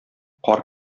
кар